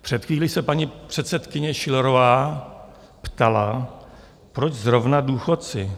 Před chvílí se paní předsedkyně Schillerová ptala, proč zrovna důchodci?